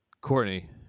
Courtney